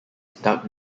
duck